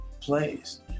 plays